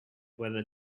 whether